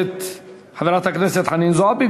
חברת הכנסת חנין זועבי.